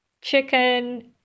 chicken